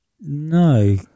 no